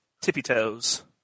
tippy-toes